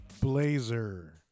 Blazer